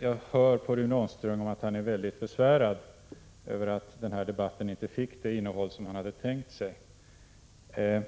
Jag hör på Rune Ångström att han är mycket besvärad över att den här debatten inte fick det innehåll som han hade tänkt sig.